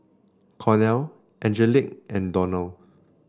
Cornel Angelic and Donell